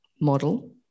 model